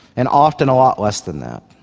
and often a lot less than that.